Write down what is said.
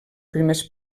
primers